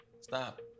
Stop